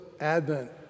Advent